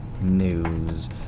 news